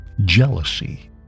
Jealousy